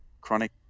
chronic